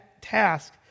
task